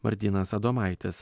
martynas adomaitis